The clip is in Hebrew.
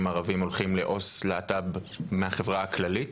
ערבים הולכים לעו״ס להט״ב מהחברה הכללית?